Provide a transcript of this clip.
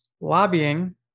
Lobbying